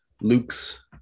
Luke's